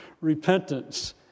repentance